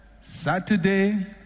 Saturday